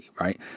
right